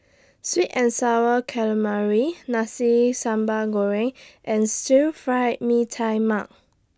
Sweet and Sour Calamari Nasi Sambal Goreng and Stir Fried Mee Tai Mak